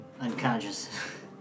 unconscious